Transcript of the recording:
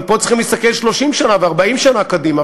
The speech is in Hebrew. אבל פה צריכים להסתכל 30 שנה ו-40 שנה קדימה,